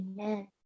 Amen